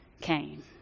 came